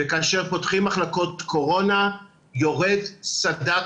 וכאשר פותחים מחלקות קורונה יורד סד"כ